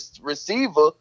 receiver